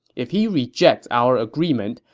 if he rejects our agreement,